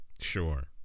Sure